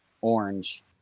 orange